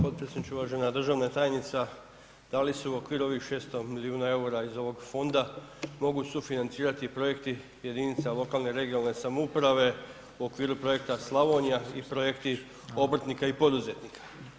Hvala potpredsjedniče, uvažena državna tajnica da li su u okviru ovih 600 milijuna EUR-a iz ovog fonda mogu sufinancirati i projekti jedinica lokalne i regionalne samouprave u okviru Projekta Slavonija i projekti obrtnika i poduzetnika?